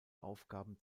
aufgaben